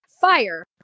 fire